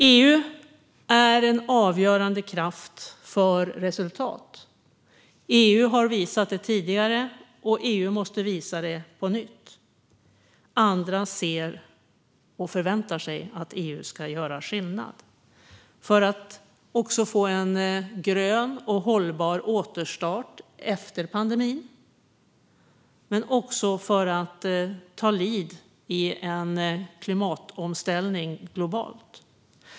EU är en avgörande kraft för resultat. EU har visat det tidigare, och EU måste visa det på nytt. Andra ser och förväntar sig att EU ska göra skillnad för att få till en grön och hållbar återstart efter pandemin men också ta lead i en global klimatomställning.